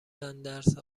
اندرز